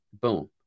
boom